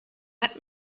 hat